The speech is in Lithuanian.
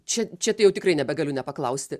čia čia tai jau tikrai nebegaliu nepaklausti